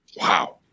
Wow